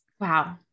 wow